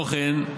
כמו כן,